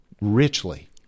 richly